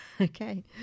Okay